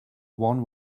one